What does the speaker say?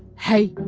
hey,